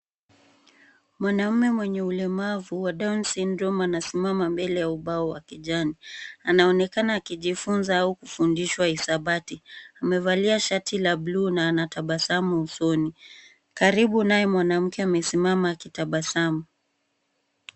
Mwanaume mwenye ulemavu wa Down syndrome anasimama mbele ya ubao wa kijani. Anaonekana akijifunza au akifundishwa hisabati. Amevalia shati la buluu na anatabasamu usoni. Karibu naye, mwanamke amesimama akitabasamu.